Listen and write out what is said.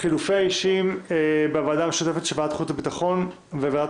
חילופי אישים בוועדה המשותפת של ועדת החוץ והביטחון וועדת